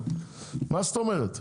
מה זאת אומרת?